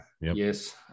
Yes